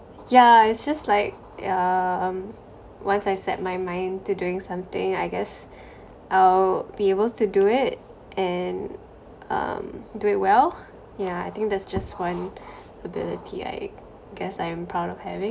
yeah it's just like yeah um once I set my mind to doing something I guess I'll be able to do it and um do it well yeah I think that's just one ability I guess I am proud of having